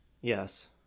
yes